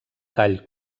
tall